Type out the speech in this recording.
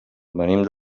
venim